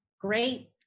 great